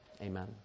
Amen